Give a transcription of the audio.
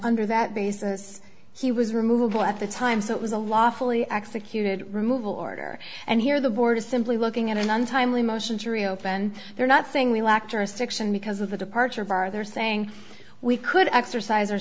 under that basis he was removable at the time so it was a lawfully executed removal order and here the board is simply looking at an untimely motion to reopen they're not saying we lacked jurisdiction because of the departure of our they're saying we could exercise or